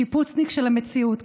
שיפוצניק של המציאות,